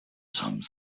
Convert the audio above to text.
some